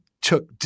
took –